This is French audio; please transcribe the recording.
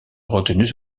retenues